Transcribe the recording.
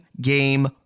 game